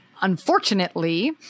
unfortunately